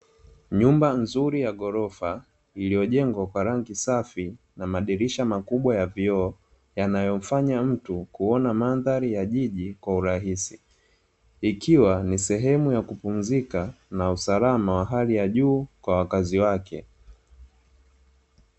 Nyumba nzuri ya ghorofa iliyojengwa kwa rangi safi na madirisha makubwa ya vioo, yanayomfanaya mtu kuona mandhari ya jiji kwa urahisi, ikiwa ni sehemu ya kupumzika na usalama wa hali ya juu kwa wakazi wake.